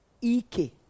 E-K